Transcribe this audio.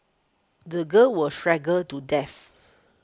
the girl was strangled to death